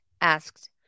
asked